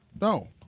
No